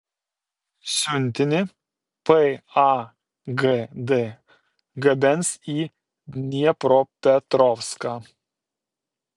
siuntinį pagd gabens į dniepropetrovską